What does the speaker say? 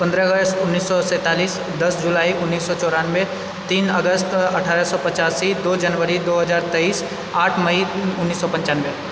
पन्द्रह अगस्त उन्नैस सए सैंतालीस दश जुलाई उन्नैस सए चौरानबे तीन अगस्त अठारह सए पचासी दू जनवरी दू हजार तेइस आठ मई उन्नैस सए पंचानबे